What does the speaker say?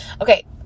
Okay